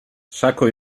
sako